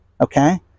Okay